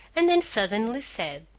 and then suddenly said